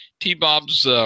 T-Bob's